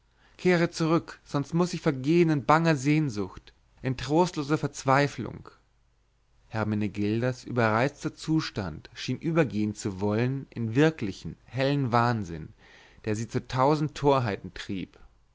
kehre zurück sonst muß ich vergehen in banger sehnsucht in trostloser verzweiflung hermenegildas überreizter zustand schien übergehen zu wollen in wirklichen hellen wahnsinn der sie zu tausend torheiten trieb